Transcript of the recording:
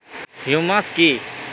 Humus কি?